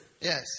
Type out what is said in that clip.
Yes